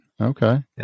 Okay